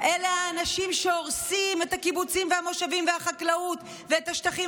אלה האנשים שהורסים את הקיבוצים והמושבים והחקלאות ואת השטחים